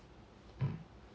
mm